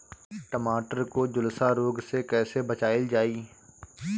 टमाटर को जुलसा रोग से कैसे बचाइल जाइ?